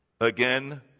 Again